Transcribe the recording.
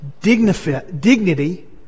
dignity